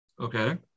Okay